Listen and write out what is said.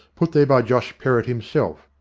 put there by josh perrott himself,